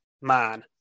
man